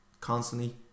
constantly